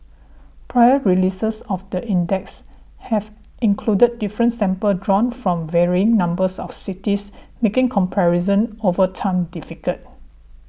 prior releases of the index have included different samples drawn from varying numbers of cities making comparison over time difficult